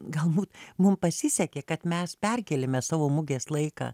galbūt mum pasisekė kad mes perkėlėme savo mugės laiką